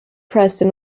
preston